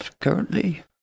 currently